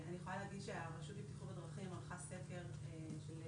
אני יכולה לומר שהרשות לבטיחות בדרכים ערכה סקר לדיווח